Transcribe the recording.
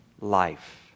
life